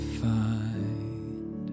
find